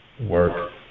work